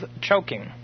choking